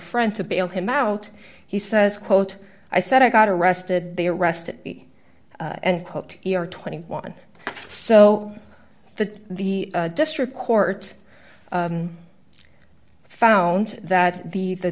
friend to bail him out he says quote i said i got arrested they arrested me and quote twenty one so the the district court found that the the